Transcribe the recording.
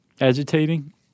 Agitating